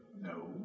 No